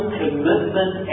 commitment